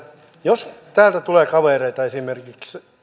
jos täältä tulee kavereita esimerkiksi